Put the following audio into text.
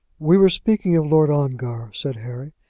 we were speaking of lord ongar, said harry,